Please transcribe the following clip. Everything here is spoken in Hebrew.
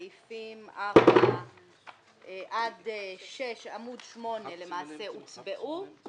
סעיפים 4 עד 6 עמ' 8, הוצבעו.